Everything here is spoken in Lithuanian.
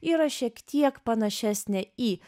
yra šiek tiek panašesnė į